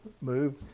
move